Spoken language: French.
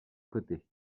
côté